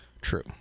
true